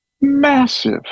Massive